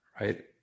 Right